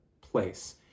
place